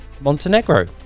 montenegro